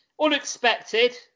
unexpected